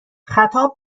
خطاب